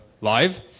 live